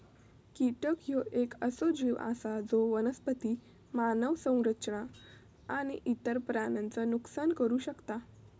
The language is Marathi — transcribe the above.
कीटक ह्यो येक असो जीव आसा जो वनस्पती, मानव संरचना आणि इतर प्राण्यांचा नुकसान करू शकता